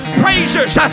praisers